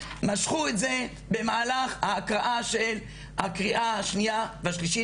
משכו את זה במהלך הקריאה השנייה והשלישית